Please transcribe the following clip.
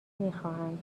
میخواهند